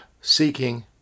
seeking